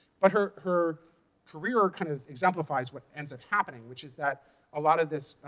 but her her career kind of exemplifies what ends up happening, which is that a lot of this